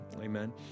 amen